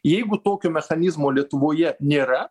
jeigu tokio mechanizmo lietuvoje nėra